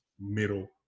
middle